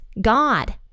God